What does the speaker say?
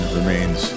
remains